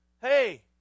hey